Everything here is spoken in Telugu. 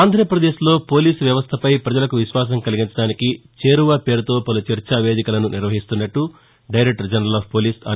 ఆంధ్రాపదేశ్లో పోలీసు వ్యవస్థపై పజలకు విశ్వాసం కలిగించడానికి చేరువ పేరుతో పలు చర్చా వేదికలను నిర్వహిస్తున్నట్లు director general of police are